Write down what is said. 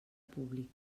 públic